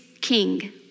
king